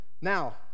Now